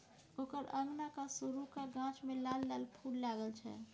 ओकर अंगनाक सुरू क गाछ मे लाल लाल फूल लागल छै